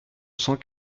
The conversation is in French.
cent